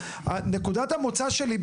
נקודת המוצא שלי,